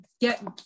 get